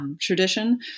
tradition